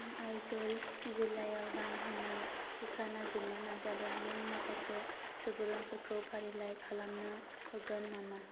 आं आइजल जिल्लायाव रां होनाय थिखा नागिरनो नाजादों नों माखासे सुबुरुनफोरखौ फारिलाइ खालामनो होगोन नामा